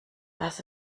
das